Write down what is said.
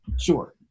Sure